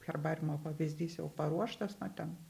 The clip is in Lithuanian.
herbariumo pavyzdys jau paruoštas nu ten